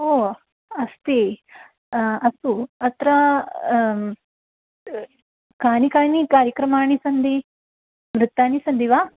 ओ अस्ति अस्तु अत्र कानि कानि कार्यक्रमाणि सन्ति नृत्यानि सन्ति वा